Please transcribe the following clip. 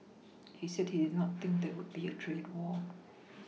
he said he did not think there will be a trade war